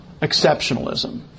Exceptionalism